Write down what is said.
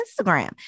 Instagram